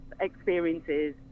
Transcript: experiences